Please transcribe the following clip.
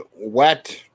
wet